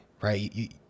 right